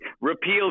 repeal